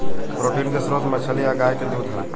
protein के स्त्रोत मछली आ गाय के दूध ह